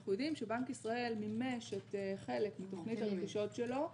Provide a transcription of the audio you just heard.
אנחנו יודעים שבנק ישראל מימש חלק מתוכנית הרכישות שלו,